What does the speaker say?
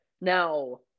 Now